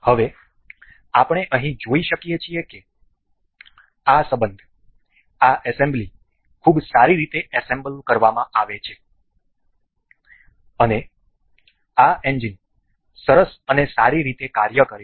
હવે આપણે અહીં જોઈ શકીએ છીએ કે આ સબંધ આ એસેમ્બલી ખૂબ સારી રીતે એસેમ્બલ કરવામાં આવે છે અને આ એન્જિન સરસ અને સારી રીતે કાર્ય કરે છે